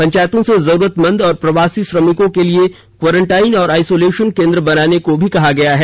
पंचायतों से जरूरतमंदों और प्रवासी श्रमिकों के लिए क्वारंटाइन और आइसोलेशन केन्द्र बनाने को भी कहा गया है